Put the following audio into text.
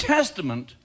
Testament